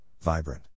vibrant